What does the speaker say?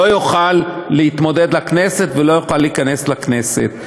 לא יוכל להתמודד לכנסת ולא יוכל להיכנס לכנסת.